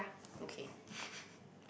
okay